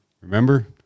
Remember